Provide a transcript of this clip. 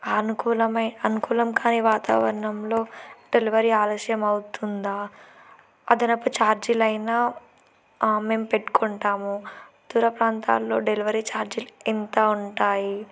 అనుకూలమై అనుకూలం కానీ వాతావరణంలో డెలివరీ ఆలస్యం అవుతుందా అదనపు ఛార్జీలైనా మేము పెట్టుకుంటాము దూర ప్రాంతాల్లో డెలివరీ ఛార్జీలు ఎంత ఉంటాయి